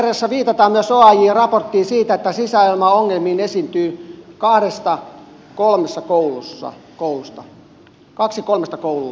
asiakirjassa viitataan myös oajn raporttiin siitä että sisäilmaongelmia esiintyy kahdessa kolmesta koulusta